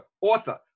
author